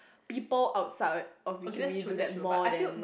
people outside of Wee-Kim-Wee do that more than